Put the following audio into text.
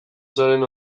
zaren